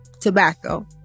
tobacco